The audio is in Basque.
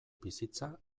bizitza